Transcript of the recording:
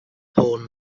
porn